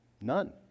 None